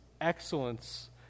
excellence